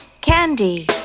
Candy